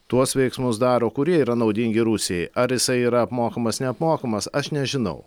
tuos veiksmus daro kurie yra naudingi rusijai ar jisai yra apmokamas neapmokamas aš nežinau